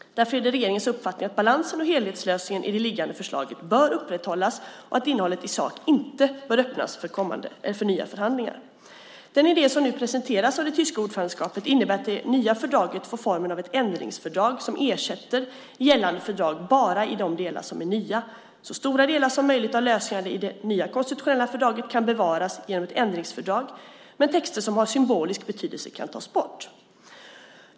Därför är det regeringens uppfattning att balansen och helhetslösningen i det liggande förslaget bör upprätthållas, och att innehållet i sak inte bör öppnas för nya förhandlingar. Den idé som nu presenteras av det tyska ordförandeskapet innebär att det nya fördraget får formen av ett ändringsfördrag som ersätter gällande fördrag bara i de delar som är nya. Så stora delar som möjligt av lösningarna i det nya konstitutionella fördraget kan bevaras genom ett ändringsfördrag, men texter som har symbolisk betydelse kan tas bort.